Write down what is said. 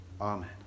amen